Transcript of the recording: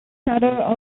shadow